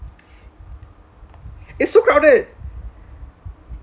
it's so crowded